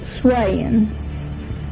swaying